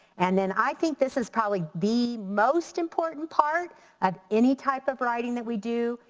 and and i think this is probably the most important part of any type of writing that we do,